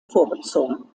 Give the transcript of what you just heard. vorgezogen